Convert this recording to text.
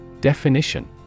Definition